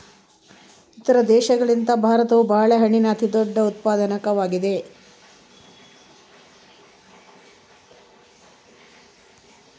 ಇತರ ದೇಶಗಳಿಗಿಂತ ಭಾರತವು ಬಾಳೆಹಣ್ಣಿನ ಅತಿದೊಡ್ಡ ಉತ್ಪಾದಕವಾಗಿದೆ